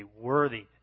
worthy